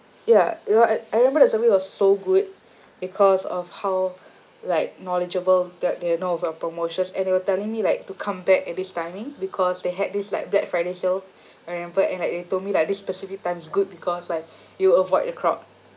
ya ya I remember the service was so good because of how like knowledgeable that they know of the promotions and they were telling me like to come back at this timing because they had this like black friday sale I remember and like they told me like this specific time's good because like you avoid the crowd